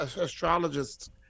astrologists